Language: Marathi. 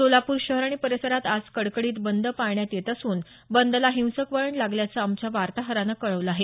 सोलापूर शहर आणि परिसरात आज कडकडीत बंद पाळण्यात येत असून बंदला हिंसक वळण लागल्याचं आमच्या वार्ताहरानं कळवलं आहे